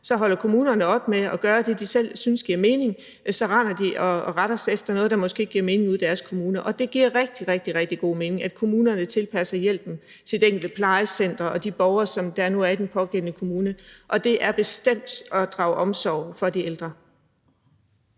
så holder kommunerne op med at gøre det, de selv synes giver mening, og så render de og retter sig efter noget, der måske ikke giver mening ude i deres kommune. Det giver rigtig, rigtig god mening, at kommunerne tilpasser hjælpen til det enkelte plejecenter og til de borgere, som der nu er i den pågældende kommune, og det er bestemt at drage omsorg for de ældre.